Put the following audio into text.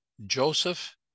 Joseph